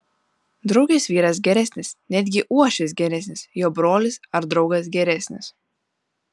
draugės vyras geresnis netgi uošvis geresnis jo brolis ar draugas geresnis